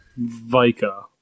Vika